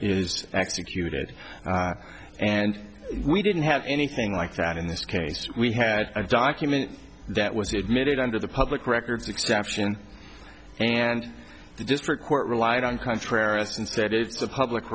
is executed and we didn't have anything like that in this case we had a document that was admitted under the public records exception and the district court relied on contrariness instead it's a public